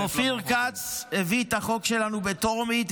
אופיר כץ הביא את החוק שלנו בטרומית,